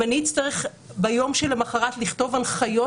אם אני אצטרך ביום שלמוחרת לכתוב הנחיות